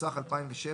התשס"ח 2007‏,